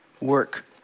work